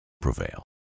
prevail